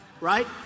right